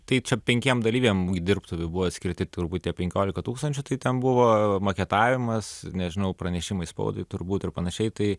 tai čia penkiems dalyviams dirbtuvių buvo skirti turbūt tie penkiolika tūkstančių tai ten buvo maketavimas nežinau pranešimai spaudai turbūt ir panašiai tai